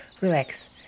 relax